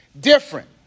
different